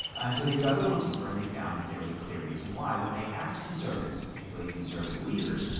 and so they dug a little deeper, and they found that there was a clear reason why when they asked conservatives, particularly conservative leaders,